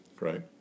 Right